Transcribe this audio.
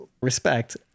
respect